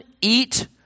eat